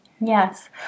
Yes